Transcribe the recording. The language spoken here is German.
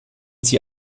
sie